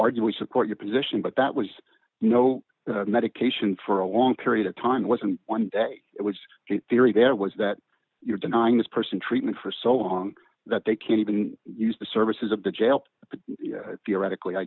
argue we support your position but that was no medication for a long period of time wasn't one day it was theory there was that you're denying this person treatment for so long that they can't even use the services of the jail theoretically i